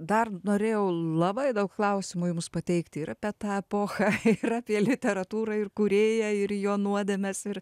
dar norėjau labai daug klausimų jums pateikti ir apie tą epochą ir apie literatūrą ir kūrėją ir jo nuodėmes ir